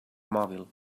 mòbil